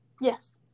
yes